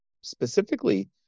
specifically